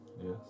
Yes